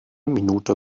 minute